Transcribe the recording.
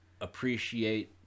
appreciate